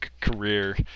career